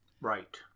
Right